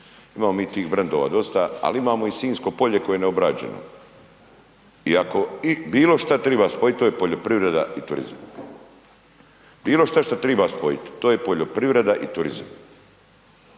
Imamo mi tih brendova dosta, ali imamo i Sinjsko polje koje je neobrađeno. I ako bilo što treba spojiti to je poljoprivreda i turizam. Bilo što što treba spojiti to je poljoprivreda i turizam.